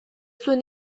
zuen